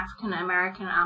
African-American